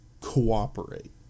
cooperate